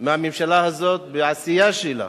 מהממשלה הזאת, מהעשייה שלה